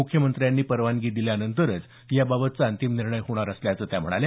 मुख्यमंत्र्यांनी परवानगी दिल्यानंतरच याबाबतचा अंतिम निर्णय होणार असल्याचं त्यांनी सांगितलं